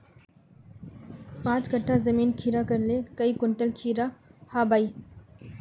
पाँच कट्ठा जमीन खीरा करले काई कुंटल खीरा हाँ बई?